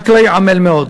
החקלאי עמל הרבה מאוד.